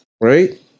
right